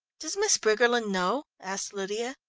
does miss briggerland know? asked lydia.